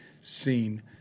seen